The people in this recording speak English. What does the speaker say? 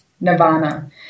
nirvana